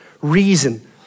reason